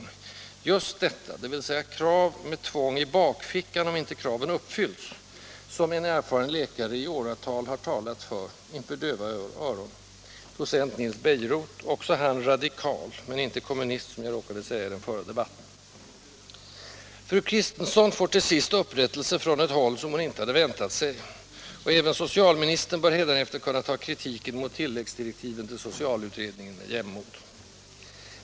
Det är just detta, dvs. krav med tvång i bakfickan om inte kraven uppfylls, som en erfaren läkare i åratal talat för — inför döva öron: docent Nils Bejerot, också han radikal, men inte kommunist som jag råkade säga i den förra debatten. Fru Kristensson får till sist upprättelse från ett håll som hon inte hade väntat sig, och även socialministern bör hädanefter kunna ta kritiken mot tilläggsdirektiven till socialutredningen med jämnmod.